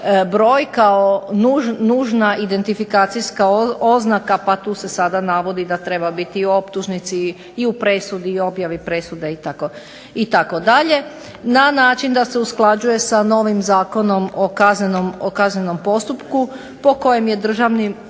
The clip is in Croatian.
broj kao nužna identifikacijska oznaka, pa tu se sada navodi da treba biti i u optužnici i u presudi i objavi presude itd. na način da se usklađuje sa novim Zakonom o kaznenom postupku po kojem je državni